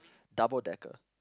double-decker